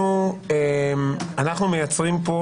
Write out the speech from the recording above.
אנחנו מייצרים פה